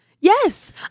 Yes